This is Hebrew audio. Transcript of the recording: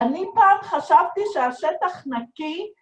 אני פעם חשבתי שהשטח נקי